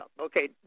okay